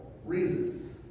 Reasons